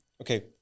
okay